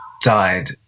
died